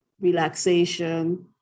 relaxation